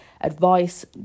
advice